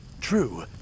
True